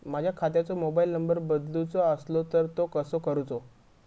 माझ्या खात्याचो mobile number बदलुचो असलो तर तो कसो करूचो?